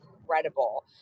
incredible